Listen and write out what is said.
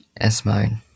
S-Mode